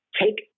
take